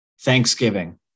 Thanksgiving